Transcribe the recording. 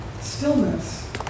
stillness